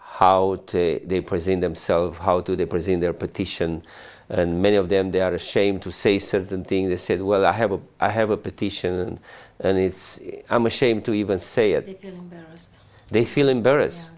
how they present themselves how do they present their petition and many of them they are ashamed to say certain things they said well i have a i have a petition and it's i'm ashamed to even say it they feel embarrassed